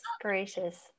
gracious